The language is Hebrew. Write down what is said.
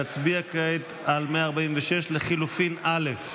נצביע כעת על הסתייגות מס' 146 לחלופין א'.